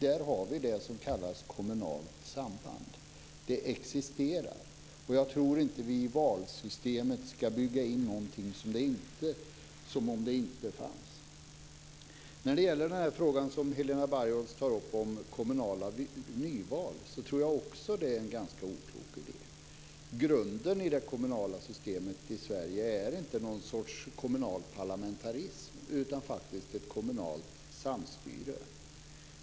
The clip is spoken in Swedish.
Där har vi det som kallas kommunalt samband. Det existerar. Jag tror inte att vi i valsystemet ska bygga in någonting som om detta samband inte fanns. När det gäller frågan som Helena Bargholtz tar upp, om kommunala nyval, kan jag säga att jag tror att också det är en ganska oklok idé. Grunden i det kommunala systemet i Sverige är inte någon sorts kommunal parlamentarism utan faktiskt ett kommunalt samstyre.